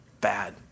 bad